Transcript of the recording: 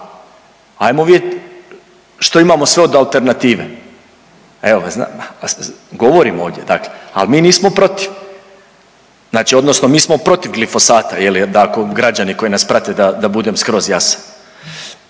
ajmo vidjet što imamo sve od alternative. Evo govorim ovdje dakle, al mi nismo protiv, znači mi smo protiv glifosata da ako građani koji nas prate da budem skroz jasan.